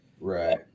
right